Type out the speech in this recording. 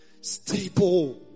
stable